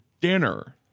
dinner